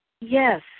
Yes